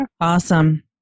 Awesome